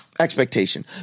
Expectation